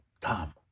Tom